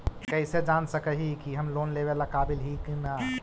हम कईसे जान सक ही की हम लोन लेवेला काबिल ही की ना?